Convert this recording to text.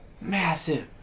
massive